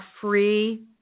free